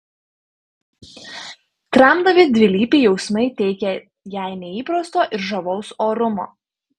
tramdomi dvilypiai jausmai teikia jai neįprasto ir žavaus orumo